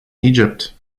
egypt